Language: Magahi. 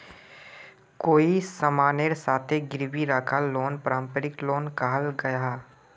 कोए सामानेर साथे गिरवी राखाल लोन पारंपरिक लोन कहाल गयाहा